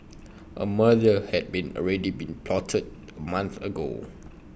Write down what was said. A murder had already been plotted A month ago